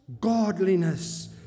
godliness